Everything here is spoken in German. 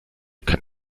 kann